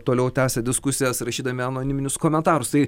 toliau tęsia diskusijas rašydami anoniminius komentarus tai